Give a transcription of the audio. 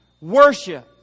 worship